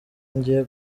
ngiye